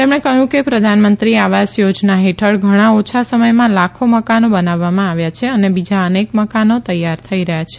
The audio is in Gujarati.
તેમણે કહ્યું કે પ્રધાનમંત્રી આવાસ યોજના હેઠળ ઘણા ઓછા સમયમાં લાખો મકાનો બનાવવામાં આવ્યા છે અને બીજા અનેક મકાનો તૈયાર થઇ રહયાં છે